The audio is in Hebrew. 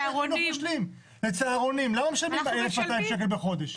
למה משלמים צהרונים 1,200 שקלים בחודש?